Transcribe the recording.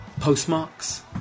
postmarks